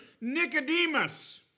Nicodemus